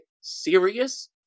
serious